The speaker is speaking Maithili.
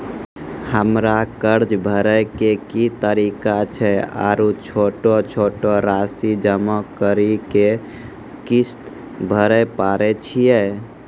हमरा कर्ज भरे के की तरीका छै आरू छोटो छोटो रासि जमा करि के किस्त भरे पारे छियै?